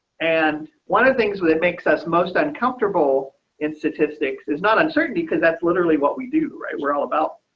and one of the things with it makes us most uncomfortable in statistics is not uncertainty, because that's literally what we do right, we're all about.